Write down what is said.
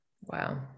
Wow